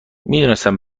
میدونستم